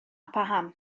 paham